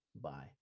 bye